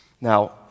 Now